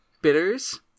bitters